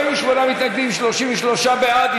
48 מתנגדים, 33 בעד.